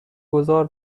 گذار